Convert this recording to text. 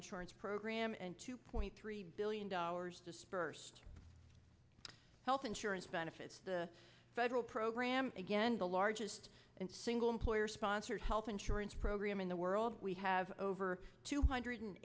insurance program and two point three billion dollars disbursed health insurance benefits the federal program again the largest single employer sponsored health insurance program in the world we have over two hundred